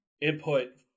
input